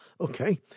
okay